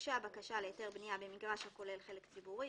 הוגשה בקשה להיתר בנייה במגרש הכולל חלק ציבורי,